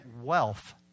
wealth